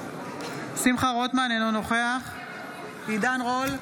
אינו נוכח עידן רול,